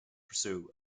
pursue